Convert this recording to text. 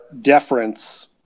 deference